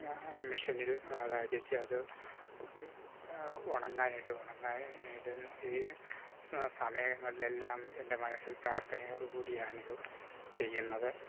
മെഷീനിൽ അതടിച്ച് അത് ഉണങ്ങാനിടും ഉണങ്ങാനിട് ഈ സ് സമയങ്ങളിലെല്ലാം എൻ്റെ മനസ്സിൽ പ്രാർത്ഥനയോട് കൂടിയാണിത് ചെയ്യുന്നത്